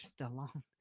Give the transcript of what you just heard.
Stallone